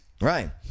Right